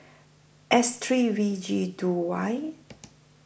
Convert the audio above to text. S three V G two Y